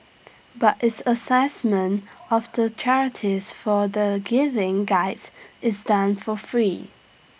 but its Assessment of the charities for the giving Guides is done for free